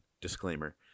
disclaimer